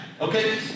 Okay